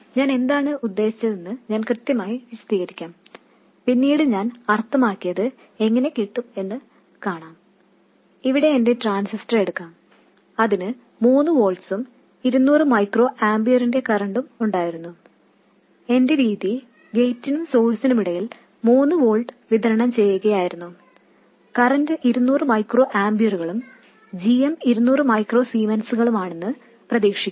ഞാൻ എന്താണ് ഉദ്ദേശിച്ചതെന്ന് ഞാൻ കൃത്യമായി വിശദീകരിക്കാം പിന്നീട് ഞാൻ അർത്ഥമാക്കിയത് എങ്ങനെ കിട്ടും എന്നും കാണാം ഇവിടെ എന്റെ ട്രാൻസിസ്റ്റർ എടുക്കാം അതിന് 3 വോൾട്സും ഇരുനൂറ് മൈക്രോ ആമ്പിയറിന്റെ കറൻറും ഉണ്ടായിരുന്നു എന്റെ രീതി ഗേറ്റിനും സോഴ്സിനുമിടയിൽ 3 വോൾട്ട് വിതരണം ചെയ്യുകയായിരുന്നു കറൻറ് 200 മൈക്രോ ആമ്പിയറും g m 200 മൈക്രോ സീമെൻസുകളാണെന്ന് പ്രതീക്ഷിക്കുന്നു